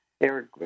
Eric